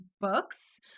books